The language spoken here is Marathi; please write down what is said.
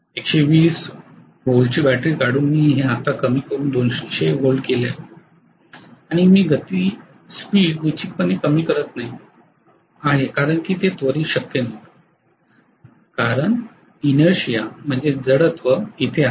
120 व्होल्टची बॅटरी काढून मी हे आता कमी करून 200 व्होल्ट केले आहे आणि मी गती निश्चितपणे कमी करत नाही आहे कारण की ते त्वरित शक्य नाही कारण जडत्व आहे